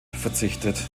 verzichtet